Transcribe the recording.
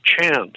chance